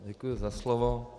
Děkuji za slovo.